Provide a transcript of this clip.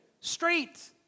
straight